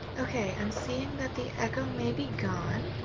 okay. i'm seeing that the echo may be gone.